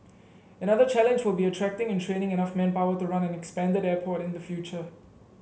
another challenge will be attracting and training enough manpower to run an expanded airport in the future